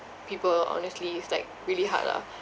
people honestly it's like really hard lah